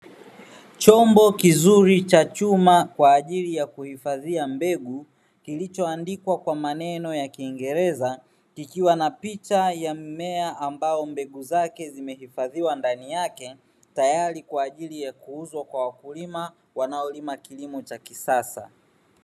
Chombo kizuri cha chuma kwa ajili ya kuhifadhia mbegu, kilicho andikwa kwa maneno ya kingereza, kikiwa na picha ya mmea ambao mbegu zake zimehifadhiwa ndani yake tayari kwa kuuzwa kwa wakulima wanao lima kilimo cha kisasa.